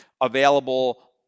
available